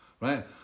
right